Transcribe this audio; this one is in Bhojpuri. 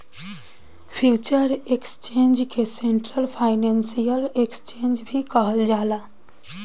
फ्यूचर एक्सचेंज के सेंट्रल फाइनेंसियल एक्सचेंज भी कहल जाला